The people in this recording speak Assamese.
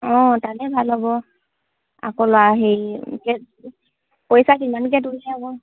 অঁ তালৈ ভাল হ'ব আকৌ পইচা কিমানকৈ তোলে বা